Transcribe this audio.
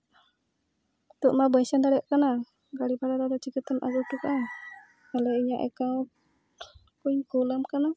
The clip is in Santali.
ᱱᱤᱛᱳᱜ ᱢᱟ ᱵᱟᱹᱧ ᱥᱮᱱ ᱫᱟᱲᱮᱭᱟᱜ ᱠᱟᱱᱟ ᱜᱟᱹᱲᱤ ᱵᱷᱟᱲᱟ ᱫᱚ ᱟᱫᱚ ᱪᱤᱠᱟᱹᱛᱮᱢ ᱟᱹᱜᱩ ᱦᱚᱴᱚ ᱠᱟᱜᱼᱟ ᱛᱟᱞᱦᱮ ᱤᱧᱟᱹᱜ ᱮᱠᱟᱣᱩᱱᱴ ᱠᱩᱧ ᱠᱩᱞᱟᱢ ᱠᱟᱱᱟ